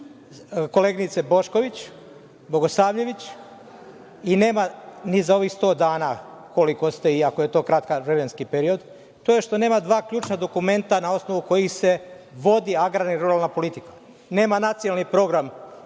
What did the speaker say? koleginice Bošković Bogosavljević i nema ni za ovih 100 dana, koliko ste, iako je to kratak vremenski period, jeste što nema dva ključna dokumenta na osnovu kojih se vodi agrarna i ruralna politika. Nema nacionalni program